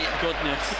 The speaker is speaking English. goodness